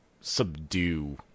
subdue